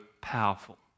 powerful